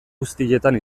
guztietan